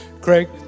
Craig